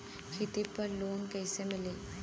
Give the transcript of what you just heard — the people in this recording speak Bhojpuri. खेती पर लोन कईसे मिली?